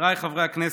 חבריי חברי הכנסת.